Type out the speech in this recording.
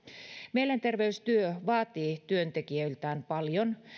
mielenterveystyö vaatii työntekijöiltään paljon